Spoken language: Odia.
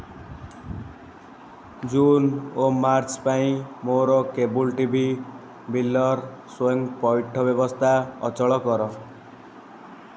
ଜୁନ୍ ଓ ମାର୍ଚ୍ଚ ପାଇଁ ମୋର କେବଲ୍ ଟି ଭି ବିଲ୍ର ସ୍ଵୟଂ ପଇଠ ବ୍ୟବସ୍ଥା ଅଚଳ କର